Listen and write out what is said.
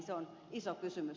se on iso kysymys